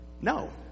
No